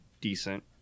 decent